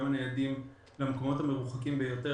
גם הניידים למקומות המרוחקים ביותר,